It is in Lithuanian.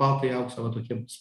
baltąjį auksą va tokiems